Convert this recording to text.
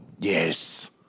Yes